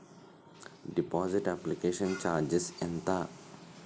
Deposit application charges ఎంత?